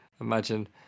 Imagine